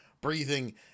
breathing